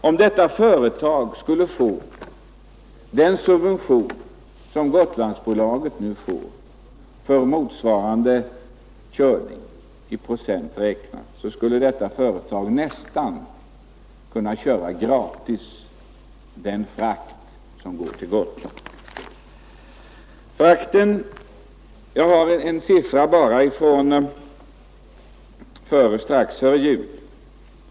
Om detta företag skulle få samma subvention i procent räknat som Gotlandsbolaget nu får för motsvarande körning, skulle detta företag nästan gratis kunna köra den frakt som går till Gotland. Jag har här siffror som gäller förhållandena strax före jul.